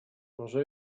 może